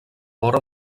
vora